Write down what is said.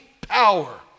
power